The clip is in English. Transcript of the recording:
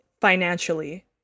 financially